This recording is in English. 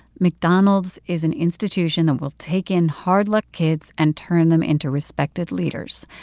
mcdonald's is an institution that will take in hard-luck kids and turn them into respected leaders.